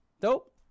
Dope